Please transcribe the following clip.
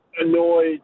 annoyed